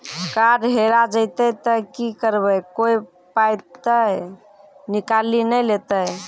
Card हेरा जइतै तऽ की करवै, कोय पाय तऽ निकालि नै लेतै?